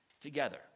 together